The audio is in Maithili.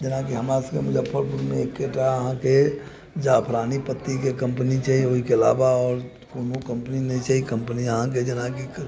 जेनाकि हमरासभके मुजफ्फरपुरमे एक्केटा अहाँके जाफरानी पत्तीके कंपनी छै ओहिके अलावा आओर कोनो कंपनी नहि छै कंपनी अहाँके जेनाकि